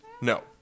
No